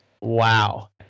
wow